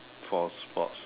for sports